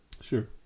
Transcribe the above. Sure